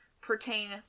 pertain